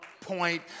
point